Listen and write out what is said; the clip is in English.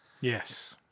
Yes